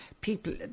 people